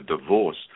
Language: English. divorce